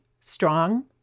strong